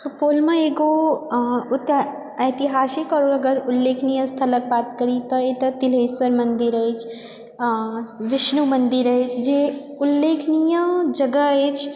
सुपौलमे एगो ओतए ऐतिहासिक अगर उल्लेखनीय स्थलक बात करी तऽ एतय तिल्हेश्वर मन्दिर अछि आ बिष्णु मन्दिर अछि जे उल्लेखनीय जगह अछि